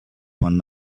one